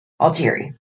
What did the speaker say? Altieri